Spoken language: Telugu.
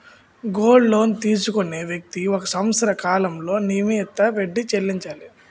గోల్డ్ లోన్ తీసుకునే వ్యక్తి ఒక సంవత్సర కాలంలో నియమిత వడ్డీ చెల్లించాలి